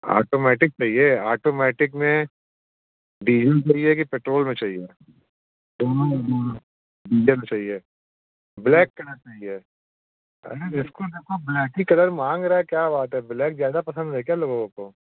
automatic चाहिए automatic में diesel चाहिए कि पेट्रोल में चाहिए डीजल चाहिए ब्लैक कहाँ चाहिए अरे जिसको देखो ब्लैक ही कलर मांग रहा है क्या बात है ब्लैक ज़्यादा पसंद है क्या लोगों को